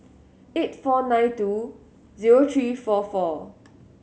eight four nine two zero three four four